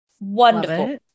wonderful